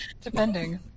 Depending